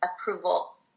approval